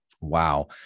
Wow